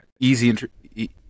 Easy